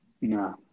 No